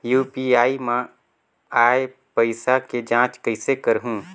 UPI मा आय पइसा के जांच कइसे करहूं?